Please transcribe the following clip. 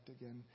again